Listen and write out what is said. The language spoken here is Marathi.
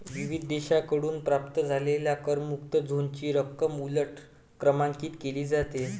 विविध देशांकडून प्राप्त झालेल्या करमुक्त झोनची रक्कम उलट क्रमांकित केली जाते